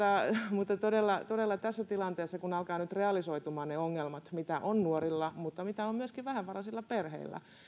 mutta todella todella tässä tilanteessa kun alkavat nyt realisoitumaan ne ongelmat mitä on nuorilla mutta mitä on myöskin vähävaraisilla perheillä